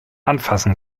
anfassen